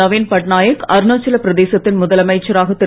நவீன்பட்நாயக் அருணாச்சலப் ஒடிசா பிரதேசத்தின் முதலமைச்சராக திரு